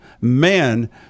man